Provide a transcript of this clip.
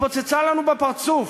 התפוצצה לנו בפרצוף,